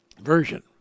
Version